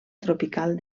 tropical